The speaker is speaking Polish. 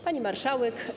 Pani Marszałek!